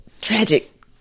Tragic